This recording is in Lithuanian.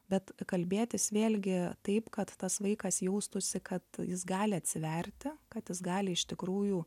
bet kalbėtis vėlgi taip kad tas vaikas jaustųsi kad jis gali atsiverti kad jis gali iš tikrųjų